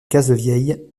cazevieille